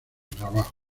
trabajo